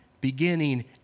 beginning